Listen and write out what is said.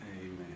amen